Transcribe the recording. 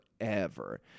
forever